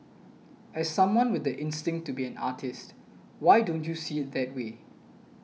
as someone with the instinct to be an artist why don't you see it that way